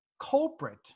culprit